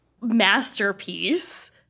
masterpiece